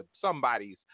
somebody's